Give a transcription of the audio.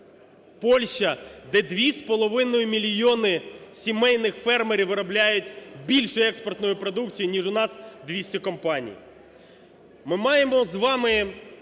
половиною мільйони сімейних фермерів виробляють більше експортної продукції, ніж у нас 200 компаній.